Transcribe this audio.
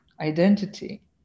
identity